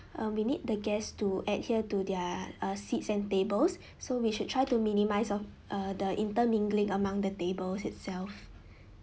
uh we need the guests to adhere to their uh seats and tables so we should try to minimise of uh the intermingling among the tables itself